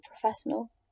professional